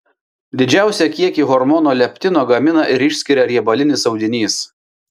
didžiausią kiekį hormono leptino gamina ir išskiria riebalinis audinys